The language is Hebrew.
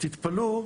תתפלאו